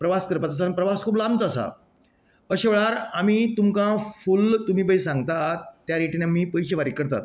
प्रवास करपाचो आसा प्रवास खूब लांबचो आसा अशें वेळार आमी तुमकां फुल्ल तुमी पळय सांगतात त्या रेटीन आमी पयशे फारीक करतात